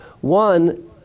One